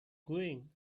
going